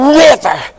river